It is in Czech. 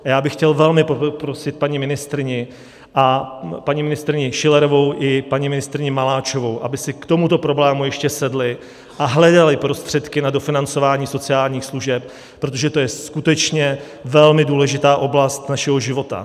A já bych chtěl velmi poprosit paní ministryni Schillerovou i paní ministryni Maláčovou, aby si k tomuto problému ještě sedly a hledaly prostředky na dofinancování sociálních služeb, protože to je skutečně velmi důležitá oblast našeho života.